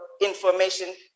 information